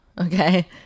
okay